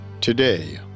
Today